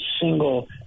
single